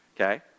Okay